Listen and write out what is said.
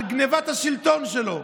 על גנבת השלטון שלו,